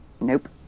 Nope